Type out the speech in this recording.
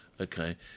Okay